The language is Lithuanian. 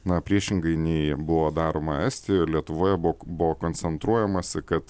na priešingai nei buvo daroma estijoje ir lietuvoje buvo koncentruojamasi kad